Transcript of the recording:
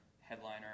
headliner